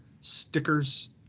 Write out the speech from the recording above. stickers